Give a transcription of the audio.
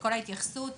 וכל ההתייחסות